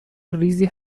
ریزی